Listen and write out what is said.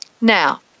Now